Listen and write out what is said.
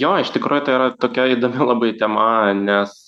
jo iš tikro tai yra tokia įdomi labai tema nes